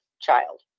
child